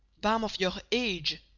balm of your age,